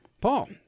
Paul